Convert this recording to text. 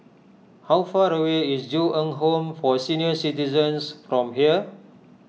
how far away is Ju Eng Home for Senior Citizens from here